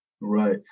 Right